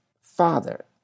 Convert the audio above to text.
father